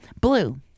Blue